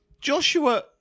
Joshua